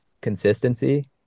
consistency